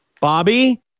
Bobby